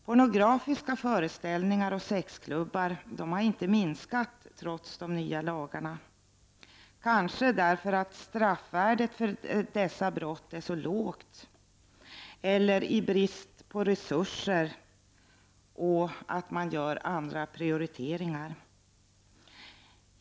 Pornografiska föreställningar och sexklubbar har inte minskat i antal trots de nya lagarna, kanske därför att straffvärdet för dessa brott är så lågt eller till följd av brist på resurser som leder till att andra brott prioriteras.